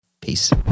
peace